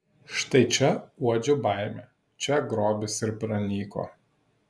štai čia uodžiu baimę čia grobis ir pranyko